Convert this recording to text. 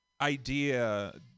idea